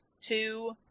two